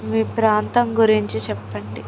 మీ ప్రాంతం గురించి చెప్పండి